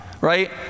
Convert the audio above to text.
right